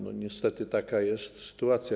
Niestety taka jest sytuacja.